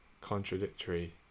contradictory